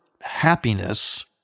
happiness